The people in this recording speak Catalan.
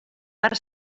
per